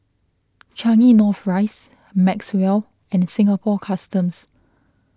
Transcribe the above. Changi North Rise Maxwell and Singapore Customs